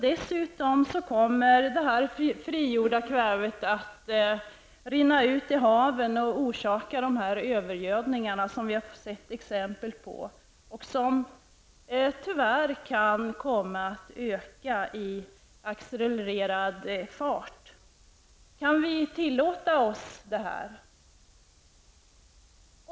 Dessutom kommer det frigjorda kvävet att föras ut till haven och orsaka övergödning. Det har vi sett exempel på. Övergödningen av haven kan tyvärr komma att öka med accelererande fart. Kan vi tillåta oss det?